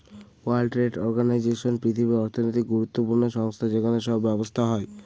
world trade organisation পৃথিবীর অর্থনৈতিক গুরুত্বপূর্ণ সংস্থা যেখানে সব ব্যবসা হয়